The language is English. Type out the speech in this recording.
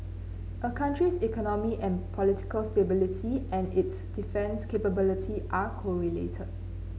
a country's economic and political stability and its defence capability are correlated